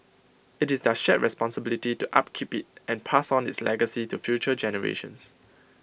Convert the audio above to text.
IT is their shared responsibility to upkeep IT and pass on its legacy to future generations